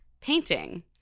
painting